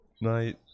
night